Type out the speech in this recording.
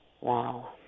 Wow